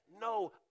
no